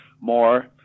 more